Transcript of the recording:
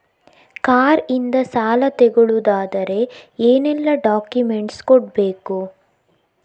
Car ಇಂದ ಸಾಲ ತಗೊಳುದಾದ್ರೆ ಏನೆಲ್ಲ ಡಾಕ್ಯುಮೆಂಟ್ಸ್ ಕೊಡ್ಬೇಕು?